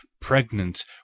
pregnant